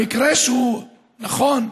המקרה שהוא, נכון,